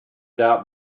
doubt